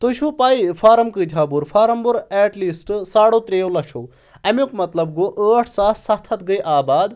تُہۍ چھُو پاے فارَم کٔر فارم بوٚر ایٹ لیٖسٹ ساڑو ترٛیو لَچھو امیُک مطلب گوٚو ٲٹھ ساس سَتھ ہَتھ گٔے آباد